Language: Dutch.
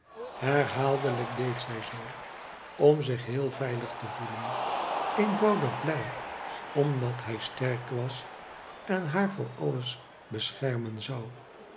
herhaaldelijk deed zij zoo om zich heel veilig te voelen eenvoudig blij omdat hij sterk was en haar voor alles beschermen zou